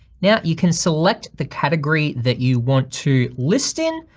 now you can select the category that you want to list in,